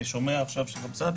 ואני שומע עכשיו שגם סעדי,